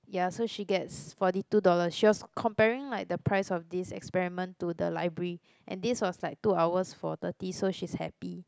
ya so she gets forty two dollars she was comparing like the price of this experiment to the library and this was like two hours for thirty so she's happy